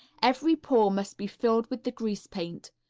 every pore must be filled with the grease paint.